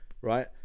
right